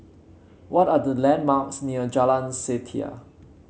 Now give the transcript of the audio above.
what are the landmarks near Jalan Setia